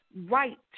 right